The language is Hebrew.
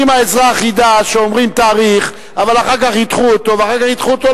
כי אם האזרח ידע שאומרים תאריך אבל אחר כך ידחו אותו ואחר כך ידחו אותו,